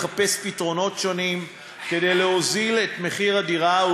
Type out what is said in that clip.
לחפש פתרונות שונים כדי להוריד את מחיר הדירה,